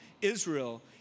Israel